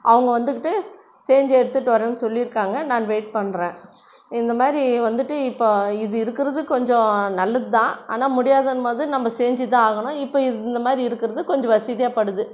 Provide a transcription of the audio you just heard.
அவங்க வந்துகிட்டு செஞ்சி எடுத்துட்டு வர்றேன்னு சொல்லியிருக்காங்க நான் வெயிட் பண்ணுறேன் இந்தமாதிரி வந்துட்டு இப்போ இது இருக்கிறது கொஞ்சம் நல்லதுதான் ஆனால் முடியாதுங்கும்போது நம்ம செஞ்சிதான் ஆகணும் இப்போ இந்தமாதிரி இருக்கிறது கொஞ்சம் வசதியாகப்படுது